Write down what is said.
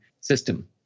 system